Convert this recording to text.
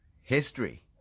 history